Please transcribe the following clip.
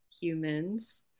humans